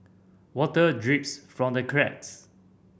water drips from the cracks